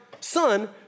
son